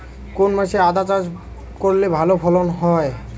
কোন মাসে আদা চাষ করলে ভালো ফলন হয়?